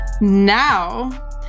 Now